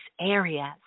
areas